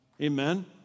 Amen